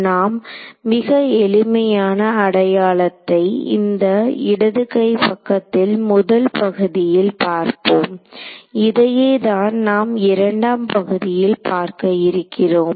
நாம் மிக எளிமையான அடையாளத்தை இந்த இடது கை பக்கத்தில் முதல் பகுதியில் பார்ப்போம் இதையேதான் நாம் இரண்டாம் பகுதியில் பார்க்க இருக்கிறோம்